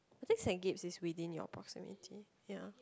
I think Saint-Gabe's is within your proximity ya